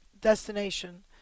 destination